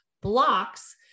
Blocks